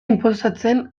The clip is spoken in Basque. inposatzen